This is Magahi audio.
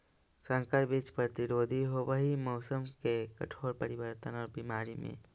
संकर बीज प्रतिरोधी होव हई मौसम के कठोर परिवर्तन और बीमारी में